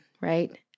right